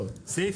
סעיף